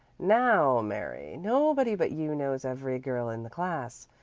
now mary, nobody but you knows every girl in the class.